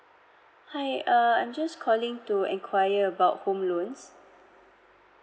hi uh I'm just calling to inquire about home loans